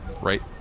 Right